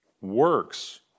works